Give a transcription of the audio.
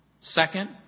Second